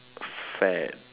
fad